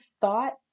thought